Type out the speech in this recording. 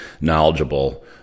knowledgeable